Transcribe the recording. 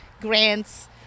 grants